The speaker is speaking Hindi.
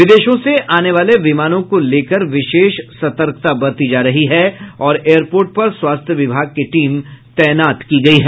विदेशों से आने वाले विमानों को लेकर विशेष सतर्कता बरती जा रही है और एयरपोर्ट पर स्वास्थ्य विभाग की टीम तैनात की गयी है